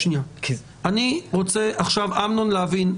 אני רוצה להבין,